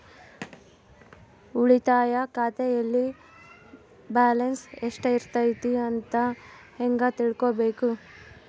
ಉಳಿತಾಯ ಖಾತೆಯಲ್ಲಿ ಬ್ಯಾಲೆನ್ಸ್ ಎಷ್ಟೈತಿ ಅಂತ ಹೆಂಗ ತಿಳ್ಕೊಬೇಕು?